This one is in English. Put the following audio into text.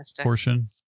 portion